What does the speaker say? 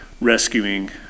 rescuing